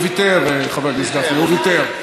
הוא ויתר, חבר הכנסת גפני, הוא ויתר.